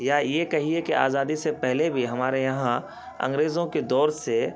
یا یہ کہیے کہ آزادی سے پہلے بھی ہمارے یہاں انگریزوں کے دور سے